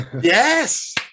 Yes